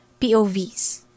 POVs